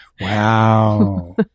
Wow